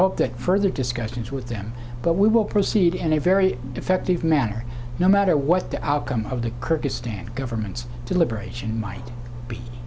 hope that further discussions with them but we will proceed in a very effective manner no matter what the outcome of the kurdistan government's deliberation might be